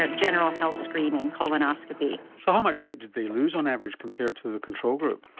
ah general health screening colonoscopy. so how much weight did they lose on average compared to the control group?